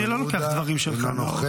אני לא לוקח דברים שלך, נאור.